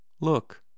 Look